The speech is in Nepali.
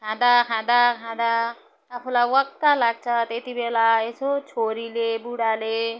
खाँदा खाँदा खाँदा आफूलाई वाक्क लाग्छ त्यति बेला यसो छोरीले बुढाले